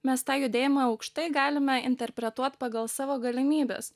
mes tą judėjimą aukštai galime interpretuot pagal savo galimybes